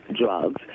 drugs